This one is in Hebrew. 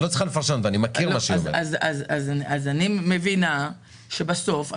אני מבינה שבסוף,